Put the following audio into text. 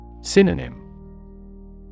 Synonym